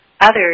others